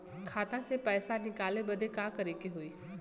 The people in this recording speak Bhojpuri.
खाता से पैसा निकाले बदे का करे के होई?